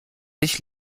sich